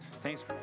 Thanks